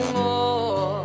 more